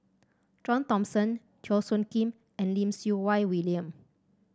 John Thomson Teo Soon Kim and Lim Siew Wai William